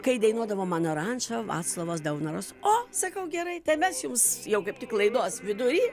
kai dainuodavo mano rančą vaclovas daunoras o sakau gerai tai mes jums jau kaip tik laidos vidury